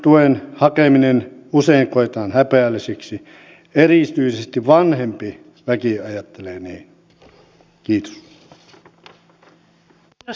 toimeentulotuen hakeminen usein koetaan häpeälliseksi erityisesti vanhempi väki ajattelee niin